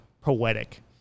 poetic